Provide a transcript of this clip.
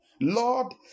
Lord